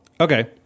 okay